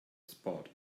spot